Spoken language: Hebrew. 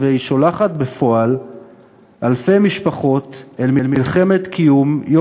יש בעיה מעשית לא פחותה בזה שהנתונים האלה יהיו לא רק בידי השלטון,